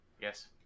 Yes